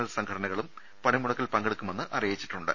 L സംഘടനകളും പണിമു ടക്കിൽ പങ്കെടുക്കുമെന്ന് അറിയിച്ചിട്ടുണ്ട്